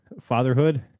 fatherhood